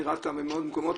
מרת"א ומעוד מקומות,